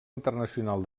internacional